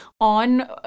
on